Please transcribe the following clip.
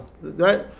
Right